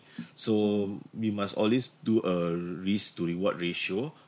so we must always do a risk to reward ratio